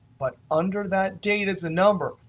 but under that date is a number,